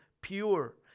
pure